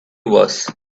was